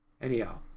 Anyhow